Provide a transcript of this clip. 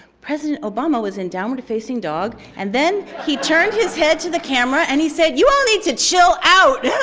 president obama was in downward facing dog and then he turned his head to the camera and he said, you all need to chill out. yeah